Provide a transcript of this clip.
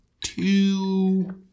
two